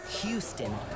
Houston